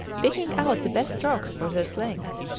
picking out the best rocks for their slings.